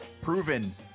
proven